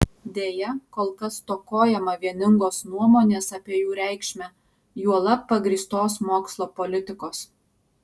deja kol kas stokojama vieningos nuomonės apie jų reikšmę juolab pagrįstos mokslo politikos